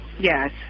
Yes